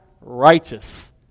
righteous